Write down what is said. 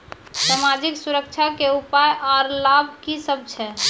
समाजिक सुरक्षा के उपाय आर लाभ की सभ छै?